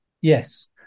yes